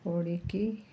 ପଡ଼ିିକି